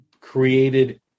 created